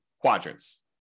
quadrants